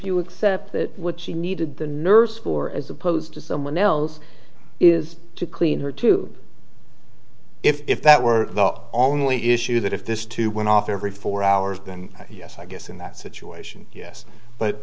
you accept that what she needed the nurse for as opposed to someone else is to clean her to if that were the only issue that if this two went off every four hours been yes i guess in that situation yes but